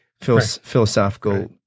philosophical